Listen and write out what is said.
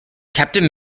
captain